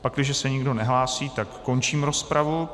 Pakliže se nikdo nehlásí, tak končím rozpravu.